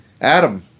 Adam